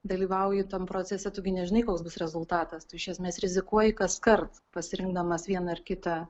dalyvauji tam procese tu gi nežinai koks bus rezultatas iš esmės rizikuoji kaskart pasirinkdamas vieną ar kitą